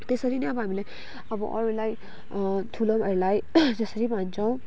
त्यसरी नै अब हामीलाई अब अरूलाई ठुलोहरूलाई जसरी भन्छौँ